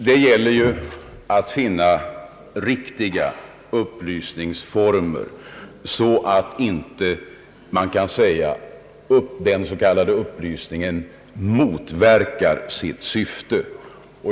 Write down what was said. Det gäller att finna riktiga former, så att den s.k. upplysningen inte motverkar sitt syfte.